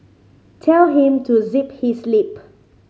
tell him to zip his lip